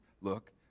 look